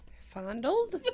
Fondled